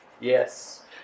Yes